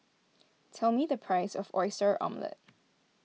tell me the price of Oyster Omelette